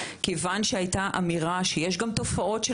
כיוון שהייתה אמירה שיש גם תופעות של